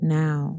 now